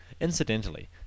Incidentally